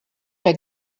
der